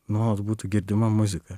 nuolat būtų girdima muzika